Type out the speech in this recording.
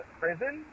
prison